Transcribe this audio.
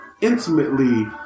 intimately